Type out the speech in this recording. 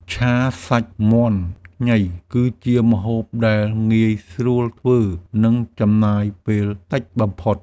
ឆាសាច់មាន់ខ្ញី គឺជាម្ហូបដែលងាយស្រួលធ្វើ និងចំណាយពេលតិចបំផុត។